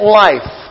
life